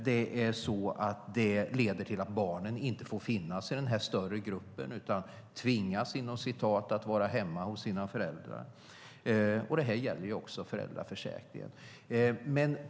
Det leder till att barnen inte får finnas i den större gruppen utan "tvingas" att vara hemma hos sina föräldrar. Det gäller också föräldraförsäkringen.